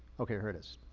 okay, here it is.